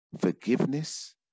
forgiveness